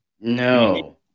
No